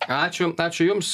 ačiū ačiū jums